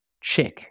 check